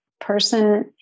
person